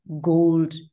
gold